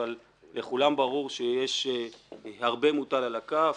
אבל לכולם ברור שהרבה מוטל על הכף,